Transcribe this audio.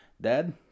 Dad